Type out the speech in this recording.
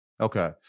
Okay